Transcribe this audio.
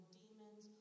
demons